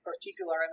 particular